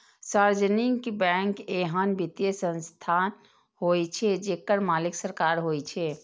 सार्वजनिक बैंक एहन वित्तीय संस्थान होइ छै, जेकर मालिक सरकार होइ छै